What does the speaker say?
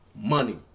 money